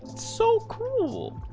so cool